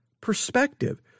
perspective